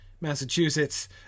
Massachusetts